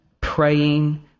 praying